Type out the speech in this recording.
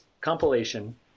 Compilation